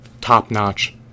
top-notch